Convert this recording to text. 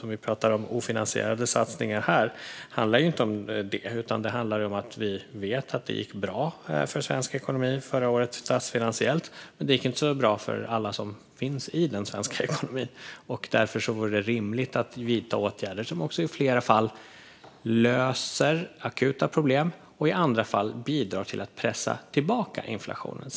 När det gäller ofinansierade satsningar handlar det inte om det, utan det handlar om att vi vet att det statsfinansiellt gick bra för svensk ekonomi förra året men att det inte gick så bra för alla som finns i den svenska ekonomin. Därför vore det rimligt att vidta åtgärder som i flera fall löser akuta problem och i andra fall bidrar till att pressa tillbaka inflationen.